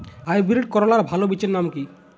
Hybrid করলার ভালো বীজের নাম কি?